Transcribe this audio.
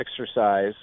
exercise